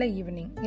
evening